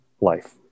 life